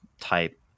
type